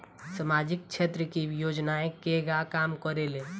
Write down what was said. सामाजिक क्षेत्र की योजनाएं केगा काम करेले?